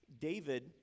David